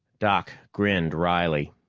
doc grinned wryly.